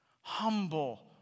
Humble